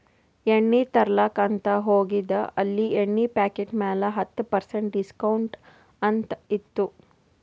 ಎಣ್ಣಿ ತರ್ಲಾಕ್ ಅಂತ್ ಹೋಗಿದ ಅಲ್ಲಿ ಎಣ್ಣಿ ಪಾಕಿಟ್ ಮ್ಯಾಲ ಹತ್ತ್ ಪರ್ಸೆಂಟ್ ಡಿಸ್ಕೌಂಟ್ ಅಂತ್ ಇತ್ತು